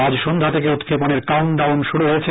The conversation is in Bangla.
আজ সন্ধ্যা থেকে উৎক্ষেপনের কাউন্ট ডাউন শুরু হয়েছে